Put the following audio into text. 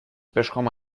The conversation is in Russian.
пешком